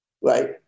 Right